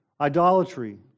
idolatry